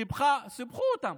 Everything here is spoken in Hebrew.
סיפחו אותם,